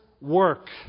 work